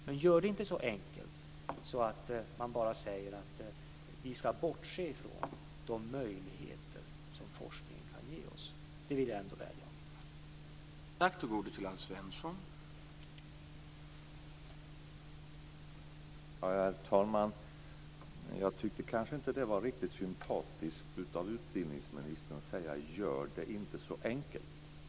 Men gör det inte så enkelt att bara säga att vi ska bortse ifrån de möjligheter som forskningen kan ge oss. Det vill jag ändå vädja om.